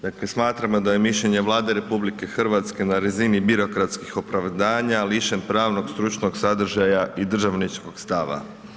Dakle smatramo da je mišljenje Vlade RH na razini birokratskih opravdanja lišen pravnog stručnog sadržaja i državničkog stava.